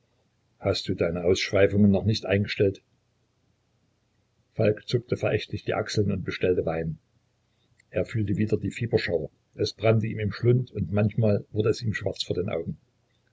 hast du deine ausschweifungen noch nicht eingestellt falk zuckte verächtlich die achseln und bestellte wein er fühlte wieder die fieberschauer es brannte ihm im schlund und manchmal wurde es ihm schwarz vor den augen